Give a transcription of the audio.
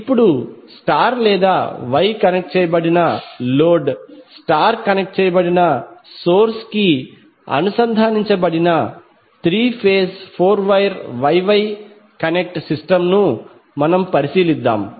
ఇప్పుడు స్టార్ లేదా Y connect చేయబడిన లోడ్ స్టార్ కనెక్ట్ చేయబడిన సోర్స్ కి అనుసంధానించబడిన three phase four wire Y Y connect system ను పరిశీలిద్దాం